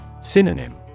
Synonym